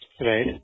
Right